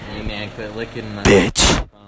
bitch